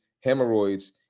hemorrhoids